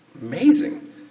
Amazing